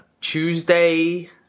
Tuesday